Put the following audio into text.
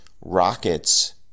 rockets